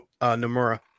Nomura